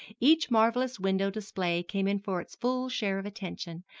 each marvelous window display came in for its full share of attention,